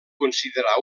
considerar